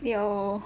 有